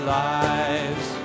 lives